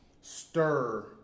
stir